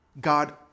God